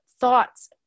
thoughts